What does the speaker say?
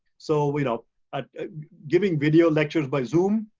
so, you know ah giving video lectures by zoom